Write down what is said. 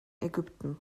ägypten